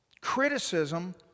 Criticism